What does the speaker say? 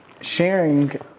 sharing